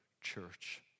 church